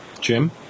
Jim